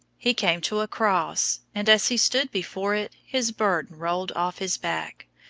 he came to a cross, and as he stood before it his burden rolled off his back.